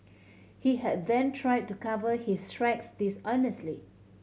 he had then try to cover his tracks dishonestly